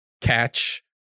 catch